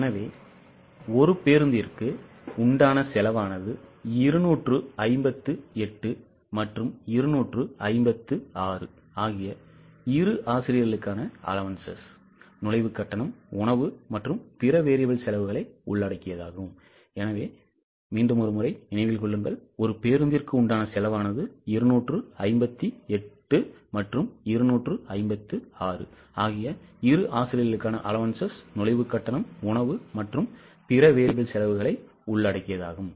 எனவே ஒரு பேருந்திற்கு உண்டான செலவானது 258 மற்றும் 256 ஆகிய இரு ஆசிரியர்களுக்கான allowances நுழைவு கட்டணம் உணவு மற்றும் பிற variable செலவுகளை உள்ளடக்கியதாகும்